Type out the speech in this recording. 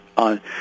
on